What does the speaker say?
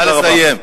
תודה רבה.